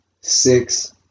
six